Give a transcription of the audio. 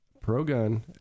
pro-gun